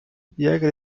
jäger